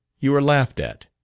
you are laughed at